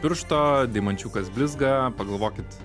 piršto deimančiukas blizga pagalvokit